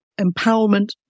empowerment